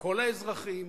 כל האזרחים,